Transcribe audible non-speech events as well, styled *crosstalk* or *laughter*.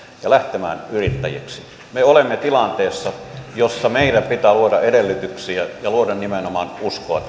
ja lähtemään yrittäjiksi me olemme tilanteessa jossa meidän pitää luoda edellytyksiä ja luoda nimenomaan uskoa *unintelligible*